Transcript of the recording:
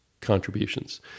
contributions